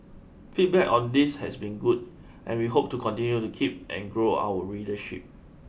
feedback on this has been good and we hope to continue to keep and grow our readership